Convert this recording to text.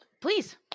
Please